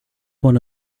one